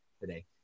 today